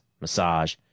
massage